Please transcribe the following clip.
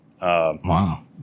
wow